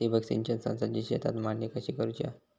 ठिबक सिंचन संचाची शेतात मांडणी कशी करुची हा?